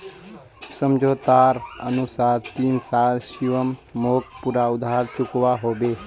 समझोतार अनुसार तीन साल शिवम मोक पूरा उधार चुकवा होबे